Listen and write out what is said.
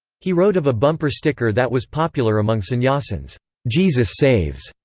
he wrote of a bumper sticker that was popular among sannyasins jesus saves.